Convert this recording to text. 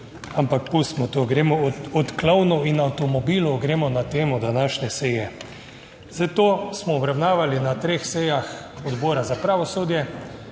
ampak pustimo to, gremo od klonov in avtomobilov, gremo na temo današnje seje. Zdaj, to smo obravnavali na treh sejah Odbora za pravosodje,